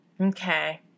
Okay